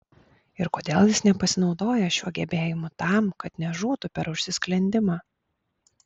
ir kodėl jis nepasinaudoja šiuo gebėjimu tam kad nežūtų per užsisklendimą